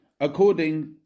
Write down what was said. according